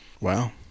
Wow